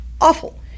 awful